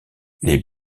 les